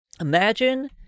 Imagine